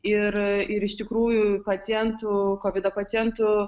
ir ir iš tikrųjų pacientų kovido pacientų